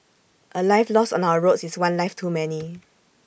A life lost on our roads is one life too many